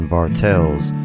Bartels